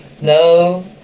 no